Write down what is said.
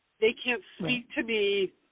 they-can't-speak-to-me